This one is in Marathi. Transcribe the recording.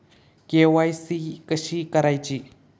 के.वाय.सी कशी करायची?